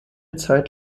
zeit